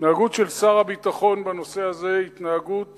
ההתנהגות של שר הביטחון בנושא הזה היא התנהגות